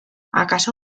akaso